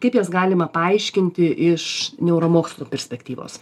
kaip jas galima paaiškinti iš neuromokslų perspektyvos